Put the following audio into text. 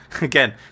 again